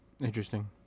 interesting